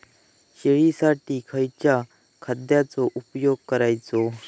शेळीसाठी खयच्या खाद्यांचो उपयोग करायचो?